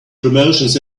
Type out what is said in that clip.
promotions